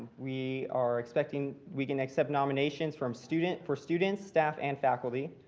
we are expecting we can accept nominations from student for students, staff, and faculty.